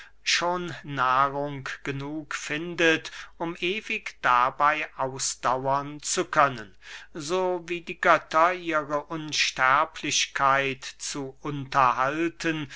schon nahrung genug findet um ewig dabey ausdauern zu können so wie die götter ihre unsterblichkeit zu unterhalten